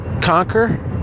conquer